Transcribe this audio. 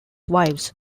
wives